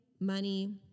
money